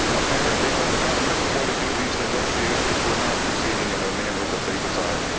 apparently from the government's point of view, these negotiations were not proceeding in a manner that they desire.